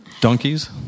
Donkeys